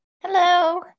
hello